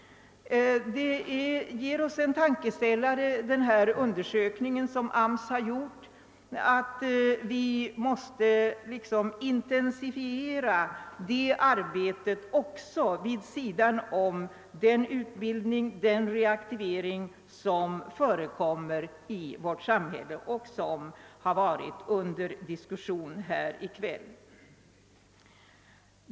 Arbetsmarknadsstyrelsens undersökning ger oss en tankeställare. Vi måste intensifiera arbetet på hithörande områden vid sidan av den utbildning, den reaktivering som bedrivs och som diskuterats här i kväll.